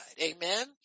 Amen